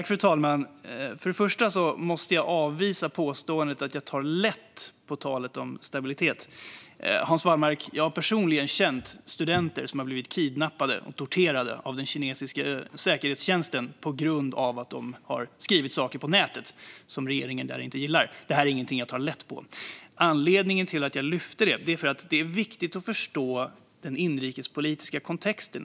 Fru talman! Först måste jag avvisa påståendet att jag tar lätt på talet om stabilitet. Jag har personligen känt studenter, Hans Wallmark, som har blivit kidnappade och torterade av den kinesiska säkerhetstjänsten på grund av att de har skrivit saker på nätet som regeringen där inte gillar. Detta är inget jag tar lätt på. Anledningen till att jag lyfte upp detta var att det är viktigt att förstå den inrikespolitiska kontexten.